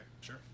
sure